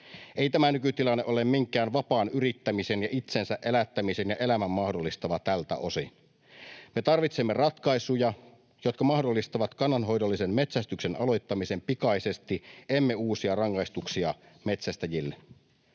Ei tämä nykytilanne ole minkään vapaan yrittämisen ja itsensä elättämisen ja elämän mahdollistava tältä osin. Me tarvitsemme ratkaisuja, jotka mahdollistavat kannanhoidollisen metsästyksen aloittamisen pikaisesti, emme uusia rangaistuksia metsästäjille.